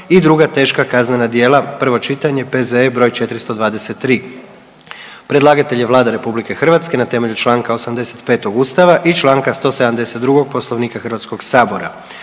i druga teška kaznena djela, prvo čitanje, P.Z.E. br. 423; Predlagatelj je Vlada RH na temelju čl. 85. Ustava i čl. 172. Poslovnika Hrvatskoga sabora.